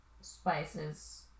Spices